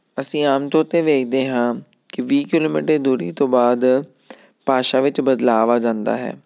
ਅਸੀਂ ਆਮ ਤੌਰ 'ਤੇ ਵੇਖਦੇ ਹਾਂ ਕਿ ਵੀਹ ਕਿਲੋਮੀਟਰ ਦੀ ਦੂਰੀ ਤੋਂ ਬਾਅਦ ਭਾਸ਼ਾ ਵਿੱਚ ਬਦਲਾਵ ਆ ਜਾਂਦਾ ਹੈ